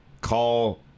call